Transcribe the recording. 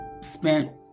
spent